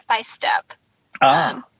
step-by-step